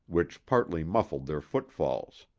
which partly muffled their footfalls.